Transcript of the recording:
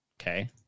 Okay